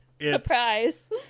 Surprise